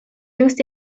jüngst